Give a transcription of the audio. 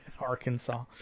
Arkansas